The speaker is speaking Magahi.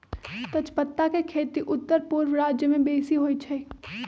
तजपत्ता के खेती उत्तरपूर्व राज्यमें बेशी होइ छइ